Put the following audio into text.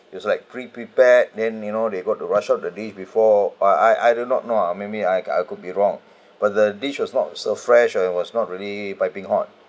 it was like pre-prepared then you know they got to rush out of the day before I I I do not know ah maybe I could be wrong but the dish was not so fresh and it was not really piping hot